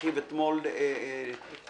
אחיו אתמול נפטר